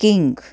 king